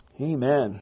Amen